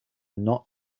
not